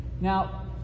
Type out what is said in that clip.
Now